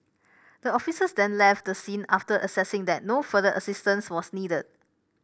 the officers then left the scene after assessing that no further assistance was needed